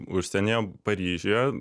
užsienyje paryžiuje